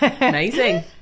amazing